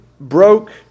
broke